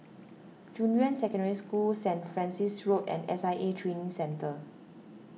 Junyuan Secondary School Saint Francis Road and S I A Training Centre